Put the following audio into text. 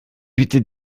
bitte